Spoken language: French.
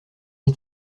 est